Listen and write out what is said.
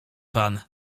pan